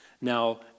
Now